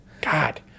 God